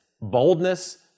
boldness